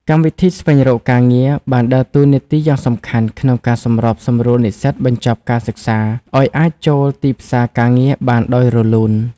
កម្មវិធីស្វែងរកការងារបានដើរតួនាទីយ៉ាងសំខាន់ក្នុងការសម្របសម្រួលនិស្សិតបញ្ចប់ការសិក្សាឱ្យអាចចូលទីផ្សារការងារបានដោយរលូន។